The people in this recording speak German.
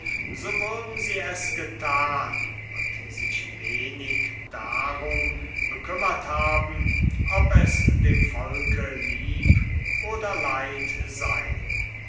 so würden sie es getan und sich wenig darum bekümmert haben ob es dem volke lieb oder leid sei